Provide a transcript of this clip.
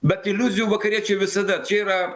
bet iliuzijų vakariečiai visada čia yra